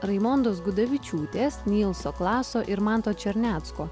raimondos gudavičiūtės nylso klaso ir manto černecko